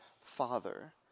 father